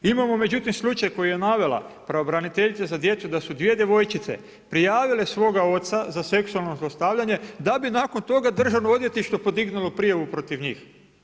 Imamo međutim slučaj koji je navela pravobraniteljica za djecu da su dvije djevojčice prijavile svoga oca za seksualno zlostavljanje da bi nakon toga Državno odvjetništvo podignulo prijavu protiv njih.